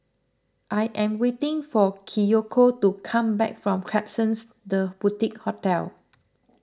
I am waiting for Kiyoko to come back from Klapsons the Boutique Hotel